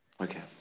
Okay